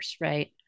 right